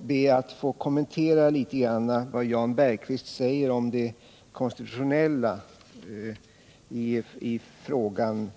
be att få kommentera vad Jan Berqvist säger om det konstitutionella i frågan.